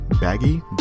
baggy